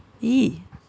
!ee!